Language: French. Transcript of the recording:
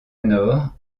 nord